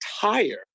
tire